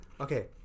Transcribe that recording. Okay